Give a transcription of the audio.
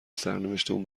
سرنوشتمون